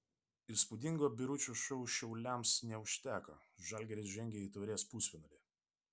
įspūdingo biručio šou šiauliams neužteko žalgiris žengė į taurės pusfinalį